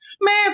Man